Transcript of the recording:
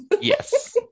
yes